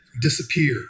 disappear